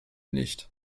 nicht